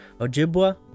Ojibwa